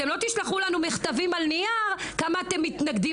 לא תשלחו לנו מכתבים על ניר כמה אתם מתנגדים